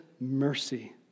mercy